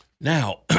Now